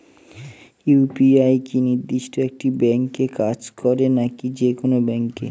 UPI কি নির্দিষ্ট একটি ব্যাংকে কাজ করে নাকি যে কোনো ব্যাংকে?